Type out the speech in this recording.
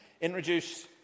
introduce